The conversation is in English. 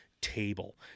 table